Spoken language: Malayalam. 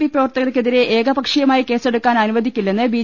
പി പ്രവർത്തകർക്കെതിരെ ഏകപക്ഷീയമായി കേസെടുക്കാൻ അനുവദിക്കില്ലെന്ന് ബി